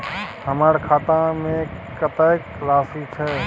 हमर खाता में कतेक राशि छै?